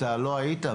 אתה לא היית,